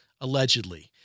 allegedly